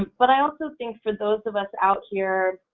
but i also think for those of us out here